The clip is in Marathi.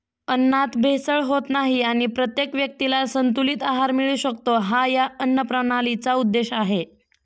अन्नात भेसळ होत नाही आणि प्रत्येक व्यक्तीला संतुलित आहार मिळू शकतो, हा या अन्नप्रणालीचा उद्देश आहे